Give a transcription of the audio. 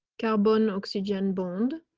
carbon oxygen bond.